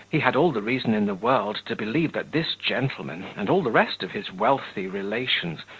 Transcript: he had all the reason in the world to believe that this gentleman, and all the rest of his wealthy relations,